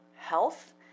Health